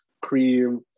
cream